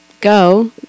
go